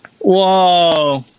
Whoa